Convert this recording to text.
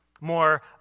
more